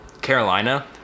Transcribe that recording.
Carolina